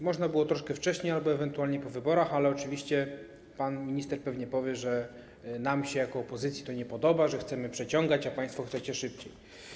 Można było troszkę wcześniej albo ewentualnie po wyborach, ale oczywiście pan minister pewnie powie, że nam się jako opozycji to nie podoba, że chcemy przeciągać, a państwo chcecie szybciej.